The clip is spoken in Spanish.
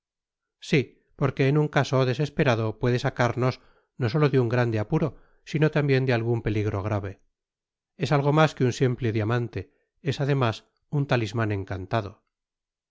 si porque en un caso desesperado puede sacarnos no solo de un grande apuro sino tambien de algun peligro grave es algo mas que un simple diamante es además un talisman encantado